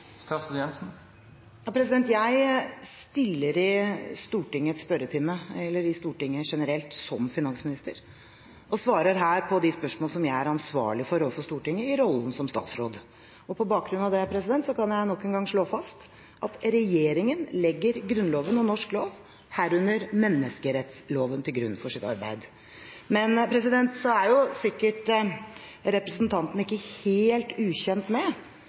Jeg stiller i Stortingets spørretime – eller i Stortinget generelt – som finansminister og svarer her på de spørsmål som jeg er ansvarlig for overfor Stortinget i rollen som statsråd. På bakgrunn av det kan jeg nok en gang slå fast at regjeringen legger Grunnloven og norsk lov, herunder menneskerettsloven, til grunn for sitt arbeid. Men så er sikkert representanten ikke helt ukjent med